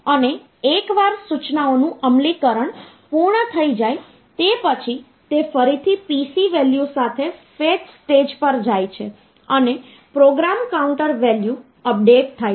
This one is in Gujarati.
અને એકવાર સૂચનાઓનું અમલીકરણ પૂર્ણ થઈ જાય તે પછી તે ફરીથી PC વેલ્યુ સાથે ફેચ સ્ટેજ પર જાય છે અને પ્રોગ્રામ કાઉન્ટર વેલ્યુ અપડેટ થાય છે